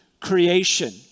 creation